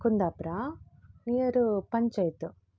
ಕುಂದಾಪುರ ನೀರು ಪಂಚಾಯತ್ತು